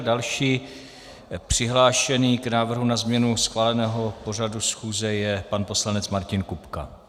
Další přihlášený k návrhu na změnu schváleného pořadu schůze je pan poslanec Martin Kupka.